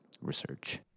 research